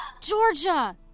Georgia